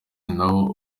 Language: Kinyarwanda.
nawo